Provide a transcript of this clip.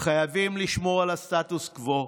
חייבים לשמור על הסטטוס קוו.